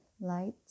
lights